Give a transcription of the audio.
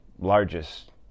largest